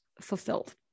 fulfilled